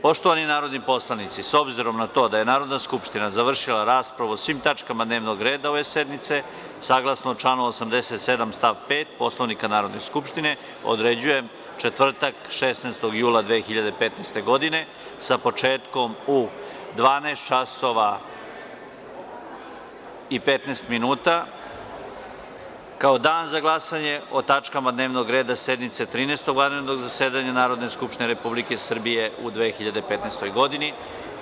Poštovani narodni poslanici, s obzirom da je Narodna skupština završila raspravu o svim tačkama dnevnog reda ove sednice, saglasno članu 87. stav 5. Poslovnika Narodne skupštine, određujem četvrtak 16. jul 2015. godine, sa početkom u 12,15 časova kao dan za glasanje o tačkama dnevnog reda sednice Trinaestog vanrednog zasedanja Narodne skupštine Republike Srbije u 2015. godini.